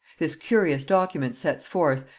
this curious document sets forth,